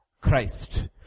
Christ